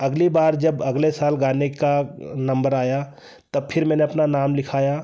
अगली बार जब अगले साल गाने का नम्बर आया तब फिर मैंने अपना नाम लिखाया